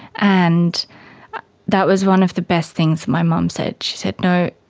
and that was one of the best things my mum said, she said, no,